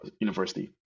university